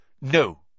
No